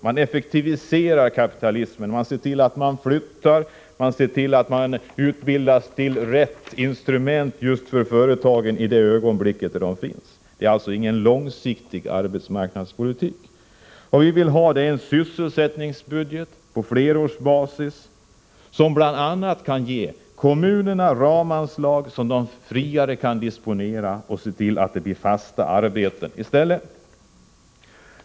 Man effektiviserar kapitalismen, ser till att folk flyttar och att folk utbildas till rätt instrument för företagen i det aktuella ögonblicket. Det är inte någon långsiktig arbetsmarknadspolitik. Vad vi vill ha är en sysselsättningsbudget på flerårsbasis, som bl.a. kan ge kommunerna ramanslag som de kan disponera friare för att se till att det blir fasta arbeten i stället.